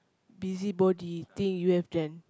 busybody thing you have done